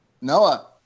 Noah